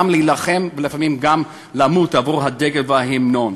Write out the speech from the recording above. גם להילחם ולפעמים גם למות עבור הדגל וההמנון.